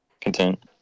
content